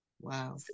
Wow